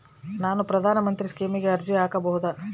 ನಾನು ಪ್ರಧಾನ ಮಂತ್ರಿ ಸ್ಕೇಮಿಗೆ ಅರ್ಜಿ ಹಾಕಬಹುದಾ?